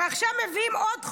"ועכשיו מביאים עוד חוק,